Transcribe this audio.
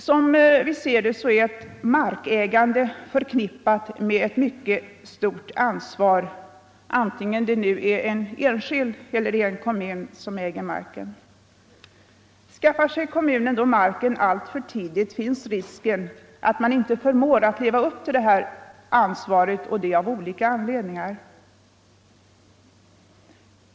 Som vi ser det är markägande förknippat med ett mycket stort ansvar, vare sig det är en enskild person eller en kommun som äger marken. Skaffar sig kommunen då marken alltför tidigt, finns risken att man av olika anledningar inte förmår leva upp till detta ansvar.